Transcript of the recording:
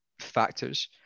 factors